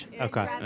Okay